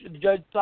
Judge